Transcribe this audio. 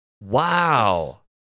Wow